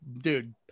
dude